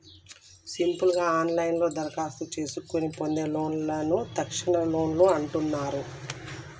simple గా ఆన్లైన్లోనే దరఖాస్తు చేసుకొని పొందే లోన్లను తక్షణలోన్లు అంటున్నరు